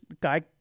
guy